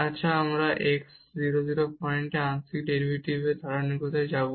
আচ্ছা এখন আমরা 0 0 পয়েন্টে আংশিক ডেরিভেটিভের ধারাবাহিকতা দেখাব